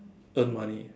earn money